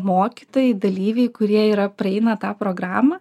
mokytojai dalyviai kurie yra praeina tą programą